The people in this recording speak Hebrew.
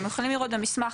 אתם יכולים לראות במסמך,